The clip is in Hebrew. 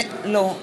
בעד יריב לוין,